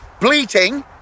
bleating